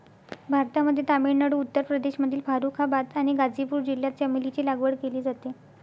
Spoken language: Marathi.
भारतामध्ये तामिळनाडू, उत्तर प्रदेशमधील फारुखाबाद आणि गाझीपूर जिल्ह्यात चमेलीची लागवड केली जाते